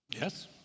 yes